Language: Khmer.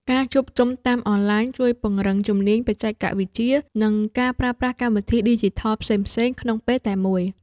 ការជួបជុំតាមអនឡាញជួយពង្រឹងជំនាញបច្ចេកវិទ្យា និងការប្រើប្រាស់កម្មវិធីឌីជីថលផ្សេងៗក្នុងពេលតែមួយ។